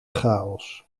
chaos